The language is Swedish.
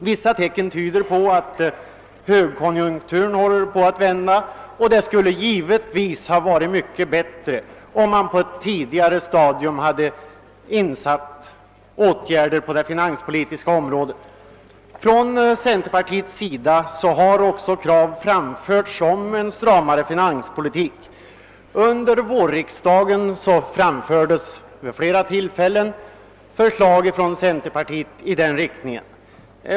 Vissa tecken tyder på att högkonjunkturen håller på att vända, och det skulle givetvis ha varit mycket bättre, om man på ett tidigare stadium hade vidtagit åtgärder på det finanspolitiska området. Från centerpartiet har också krav framförts på en stramare finanspolitik. Under vårriksdagen framställdes vid flera tillfällen förslag från centerpartiet i den riktningen.